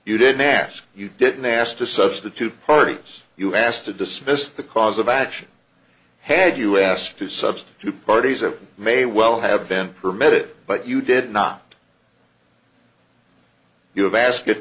you didn't ask you didn't ask to substitute parties you asked to dismiss the cause of action had us to substitute parties of may well have been permitted but you did not you have ask